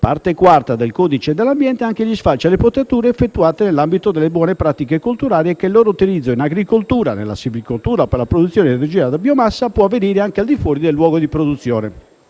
parte IV del codice dell'ambiente, anche gli sfalci e le potature effettuate nell'ambito delle buone pratiche colturali e che il loro utilizzo in agricoltura, nella silvicoltura o per la produzione di energia da biomassa, può avvenire anche al di fuori del luogo di produzione